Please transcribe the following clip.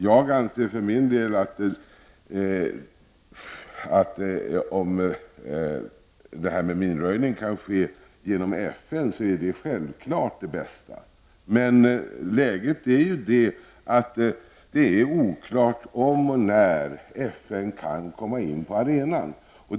Jag anser för min del att det självfallet är bäst om denna minröjning kan ske genom FN. Men läget är ju sådant, att det är oklart om och när FN kan komma in på arenan.